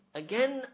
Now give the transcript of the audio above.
again